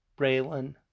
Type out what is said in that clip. Braylon